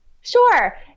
Sure